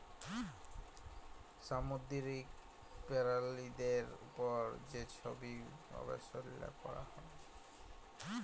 সামুদ্দিরিক পেরালিদের উপর যে ছব গবেষলা ক্যরা হ্যয়